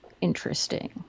interesting